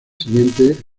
siguientes